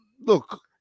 look